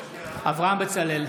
אברהם בצלאל,